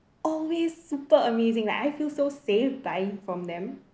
always super amazing like I feel so safe buying from them